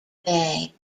bay